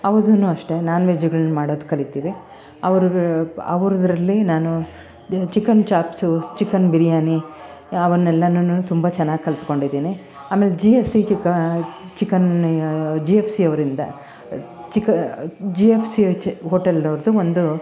ಅವ್ರ್ದು ಅಷ್ಟೇ ನಾನ್ವೆಜ್ಜ್ಗಳನ್ನು ಮಾಡೋದು ಕಲೀತೀವಿ ಅವರು ಅವ್ರುದ್ರಲ್ಲಿ ನಾನು ಚಿಕನ್ ಚಾಪ್ಸು ಚಿಕನ್ ಬಿರಿಯಾನಿ ಅವನೆಲ್ಲನು ತುಂಬ ಚೆನ್ನಾಗಿ ಕಲ್ತ್ಕೊಂಡಿದೀನಿ ಆಮೇಲೆ ಜಿ ಎಫ್ ಸಿ ಚಿಕ ಚಿಕನ್ನ್ ಜಿ ಎಫ್ ಸಿ ಅವರಿಂದ ಚಿಕ ಜಿ ಎಫ್ ಸಿ ಹೋಟಲ್ನವ್ರ್ದು ಒಂದು